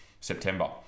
September